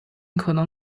可能